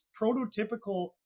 prototypical